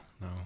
No